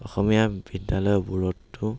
অসমীয়া বিদ্যালয়বোৰতো